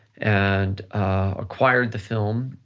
and acquired the film,